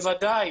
בוודאי